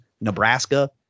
Nebraska